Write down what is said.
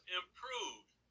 improved